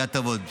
כהטבות,